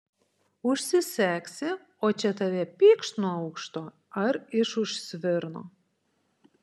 užsisegsi o čia tave pykšt nuo aukšto ar iš už svirno